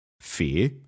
Fear